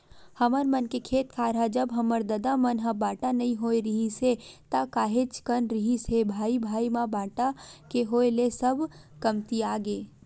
हमर मन के खेत खार ह जब हमर ददा मन ह बाटा नइ होय रिहिस हे ता काहेच कन रिहिस हे भाई भाई म बाटा के होय ले सब कमतियागे